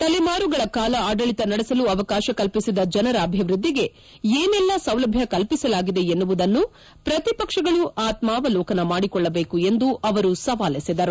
ತಲೆಮಾರುಗಳ ಕಾಲ ಆಡಳಿತ ನಡೆಸಲು ಅವಕಾಶ ಕಲ್ಪಿಸಿದ ಜನರ ಅಭಿವೃದ್ಧಿಗೆ ಏನೆಲ್ಲಾ ಸೌಲಭ್ಯ ಕಲ್ಪಿಸಲಾಗಿದೆ ಎನ್ನುವುದನ್ನು ಪ್ರತಿಪಕ್ಷಗಳು ಆತ್ಮಾವಲೋಕನ ಮಾಡಿಕೊಳ್ಳಬೇಕು ಎಂದು ಅವರು ಸವಾಲೆಸೆದರು